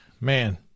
Man